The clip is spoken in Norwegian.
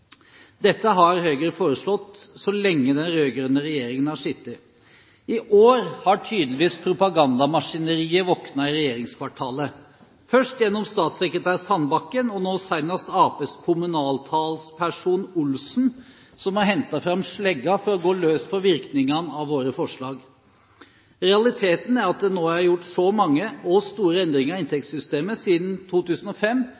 Dette har Høyre foreslått så lenge den rød-grønne regjeringen har sittet. I år har tydeligvis propagandamaskineriet våknet i regjeringskvartalet, først gjennom statssekretær Sandbakken, og nå senest gjennom Arbeiderpartiets kommunalpolitiske talsperson Olsen, som har hentet fram slegga for å gå løs på virkningene av våre forslag. Realiteten er at det nå er gjort så mange og store endringer i